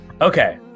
okay